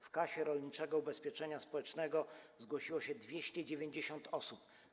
Do Kasy Rolniczego Ubezpieczenia Społecznego zgłosiło się 290 osób.